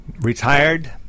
retired